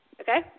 okay